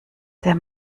der